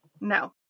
No